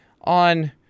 on